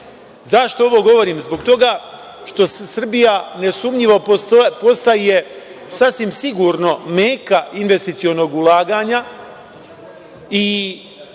ovo govorim? Zbog toga što Srbija nesumnjivo postaje sasvim sigurno Meka investicionog ulaganja i